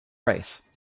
race